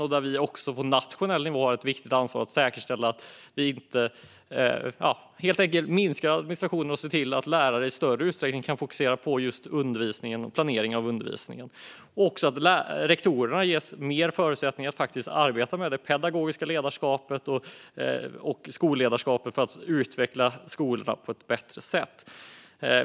Vi har också på nationell nivå ett viktigt ansvar för att säkerställa att vi helt enkelt minskar administrationen och ser till att lärarna i större utsträckning kan fokusera på just undervisningen och planering av undervisningen. Det handlar även om att ge rektorerna bättre förutsättningar att arbeta med det pedagogiska ledarskapet och skolledarskapet för att utveckla skolorna på ett bättre sätt.